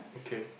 okay